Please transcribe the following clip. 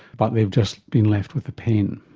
but they have just been left with the pain?